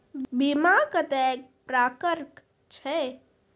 बीमा कत्तेक प्रकारक छै?